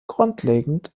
grundlegend